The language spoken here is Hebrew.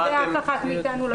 אף אחד מאתנו לא תוכל להשיב על זה.